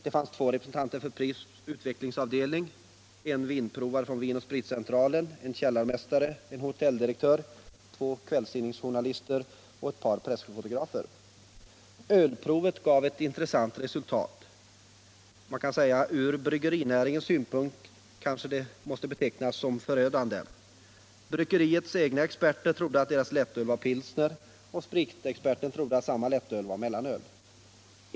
Där fanns två representanter från Pripps utvecklingsavdelning, en vinprovare från AB Vin & Spritcentralen, en källarmästare, en hotelldirektör, två kvällstidningsjournalister och två pressfotografer. Ölprovet gav ett intressant resultat. Ur bryggerinäringens synpunkt kan resultatet betecknas som förödande. Bryggeriets egna experter trodde att deras lättöl var pilsner, och spritexperten trodde att samma lättöl var mellanöl.